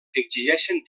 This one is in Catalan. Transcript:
exigeixen